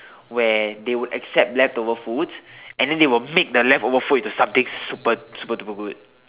where they would accept leftover food and then they will make the leftover food into something super super duper good